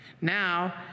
Now